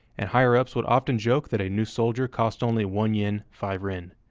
and higher ups would often joke that a new soldier cost only one yen, five rin,